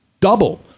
double